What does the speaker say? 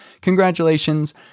Congratulations